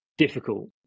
difficult